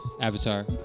Avatar